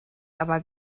aber